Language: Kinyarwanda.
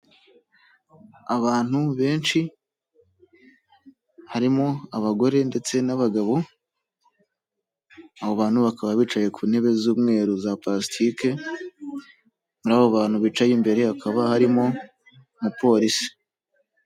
Abantu benshi harimo; abagore ndetse n'abagabo, abo bantu bakaba bicaye ku ntebe z'umweru za palasitike, muri abo bantu bicaye imbere hakaba harimo umupolisi.